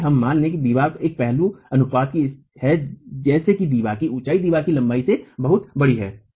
आइए हम मान लें कि दीवार एक पहलू अनुपात की है जैसे कि दीवार की ऊंचाई दीवार की लंबाई से बहुत बड़ी है